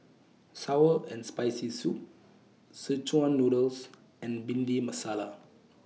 Sour and Spicy Soup Szechuan Noodles and Bhindi Masala